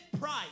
price